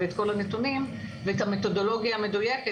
את כל הנתונים ואת המתודולוגיה המדויקת